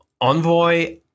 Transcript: Envoy